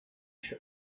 się